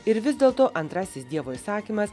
ir vis dėlto antrasis dievo įsakymas